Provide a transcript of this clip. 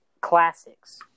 classics